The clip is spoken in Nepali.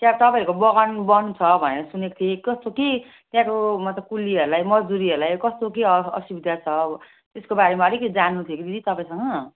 त्यहाँ तपाईँहरूको बगान बन्ध छ भनेर सुनेको थिएँ कस्तो के त्यहाँको मतलब कुल्लीहरूलाई मजदुरीहरूलाई कस्तो के असुबिधा छ त्यसको बारेमा अलिकति जान्नु थियो कि दिदी तपाईँसँग